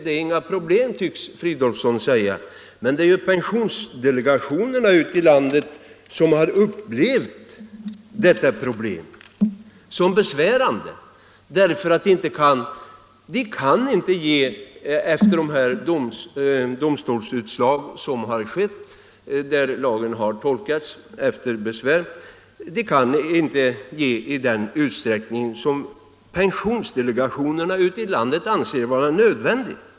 Det är inget problem, tycks herr Fridolfsson mena. Men det är ju pensionsdelegationerna ute i landet som har upplevt detta problem som besvärande därför att de, med hänsyn till domar som har meddelats i besvärsmål, inte kan bevilja pension i den utsträckning som delegationerna anser vara nödvändigt.